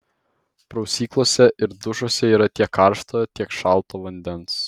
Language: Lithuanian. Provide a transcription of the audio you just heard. prausyklose ir dušuose yra tiek karšto tiek šalto vandens